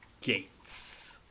gates